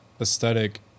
aesthetic